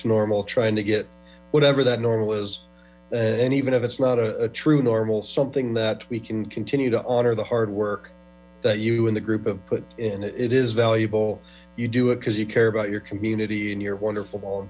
to normal trying to get whatever that normal and even if it's not a true normal something that we can continue to honor the hard work that you do in the group of put it is valuable yo do it because you care about your community and your wonderful